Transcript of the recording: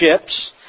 ships